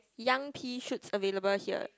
young pea shots available here